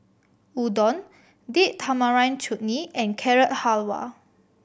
Udon Date Tamarind Chutney and Carrot Halwa